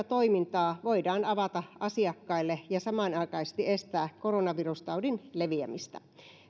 toimintaa voidaan avata asiakkaille ja samanaikaisesti estää koronavirustaudin leviämistä